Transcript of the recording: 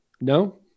No